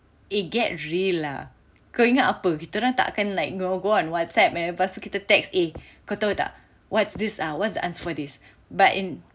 eh get real lah kau ingat apa kita orang tak akan you know go on Whatsapp lepas tu kita text eh kau tahu tak what's this what's the answer for this but in